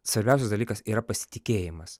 svarbiausias dalykas yra pasitikėjimas